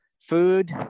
food